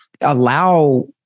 allow